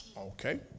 Okay